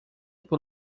por